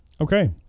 Okay